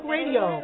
Radio